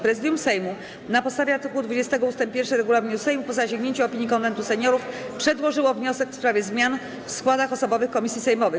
Prezydium Sejmu na podstawie art. 20 ust. 1 regulaminu Sejmu, po zasięgnięciu opinii Konwentu Seniorów, przedłożyło wniosek w sprawie zmian w składach osobowych komisji sejmowych.